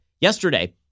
yesterday